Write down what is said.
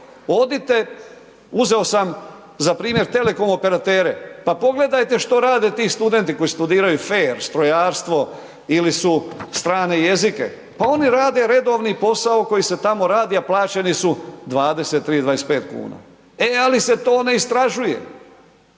odite, uzeo sam za primjer telekom operatere. Pa pogledajte što rade ti studenti koji studiraju FER, strojarstvo ili su, strane jezike. Pa oni rade redovni posao koji se tamo radi, a plaćeni su 23, 25 kuna. E, ali se to ne istražuje.